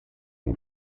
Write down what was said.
nei